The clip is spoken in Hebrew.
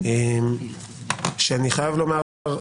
שאני חייב לומר,